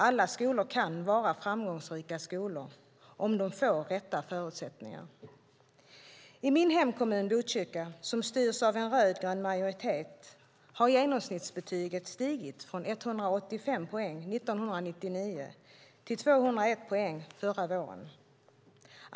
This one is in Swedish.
Alla skolor kan vara framgångsrika skolor - om de får rätt förutsättningar. I min hemkommun Botkyrka, som styrs av en rödgrön majoritet, har genomsnittsbetyget stigit från 185 poäng 1999 till 201 poäng förra våren.